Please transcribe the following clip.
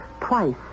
twice